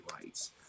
rights